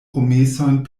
promesojn